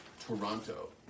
Toronto